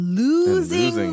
losing